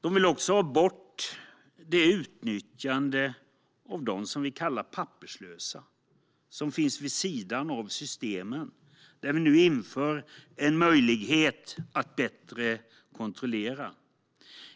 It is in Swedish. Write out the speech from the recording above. De vill också ha bort utnyttjandet av dem som vi kallar papperslösa och som finns vid sidan av systemen. Där inför vi nu en bättre möjlighet att kontrollera.